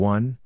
one